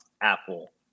apple